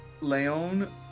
Leon